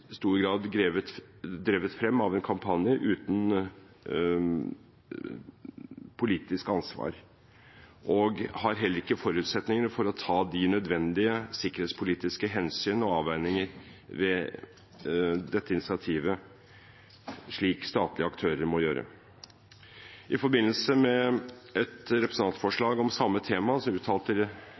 stor grad drevet frem av en kampanje uten politisk ansvar og har heller ikke forutsetninger for å ta de nødvendige sikkerhetspolitiske hensyn og avveininger ved dette initiativet, slik statlige aktører må gjøre. I forbindelse med et representantforslag om samme tema uttalte